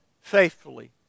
faithfully